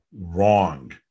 wrong